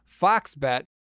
FoxBet